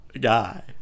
guy